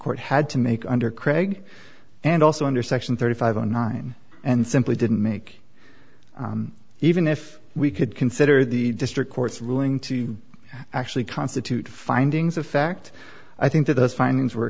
court had to make under craig and also under section thirty five zero nine and simply didn't make even if we could consider the district court's ruling to actually constitute findings of fact i think that those findings were